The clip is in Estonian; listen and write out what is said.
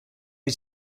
või